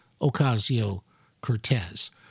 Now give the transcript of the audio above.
Ocasio-Cortez